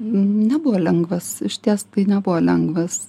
nebuvo lengvas išties tai nebuvo lengvas